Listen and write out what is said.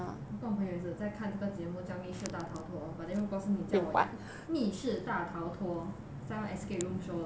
我跟我朋友也是在看这个节目叫是密室大逃脱 but then 如果是你叫我玩密室大逃脱 somewhat escape room show lah